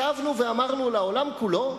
שבנו ואמרנו לעולם כולו: